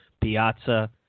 Piazza